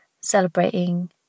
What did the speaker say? celebrating